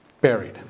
buried